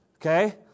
Okay